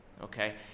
okay